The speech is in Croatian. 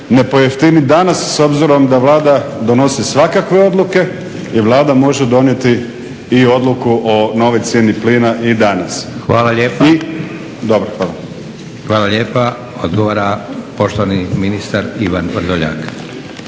ne pojeftini danas s obzirom da Vlada donosi svakakve odluke i Vlada može donijeti odluku o novoj cijeni plina i danas. **Leko, Josip (SDP)** Hvala lijepa. Odgovara poštovani ministar Ivan Vrdoljak.